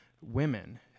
women